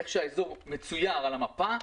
איך שהאזור מצויר על המפה,